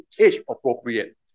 age-appropriate